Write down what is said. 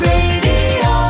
Radio